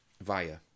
via